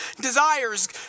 desires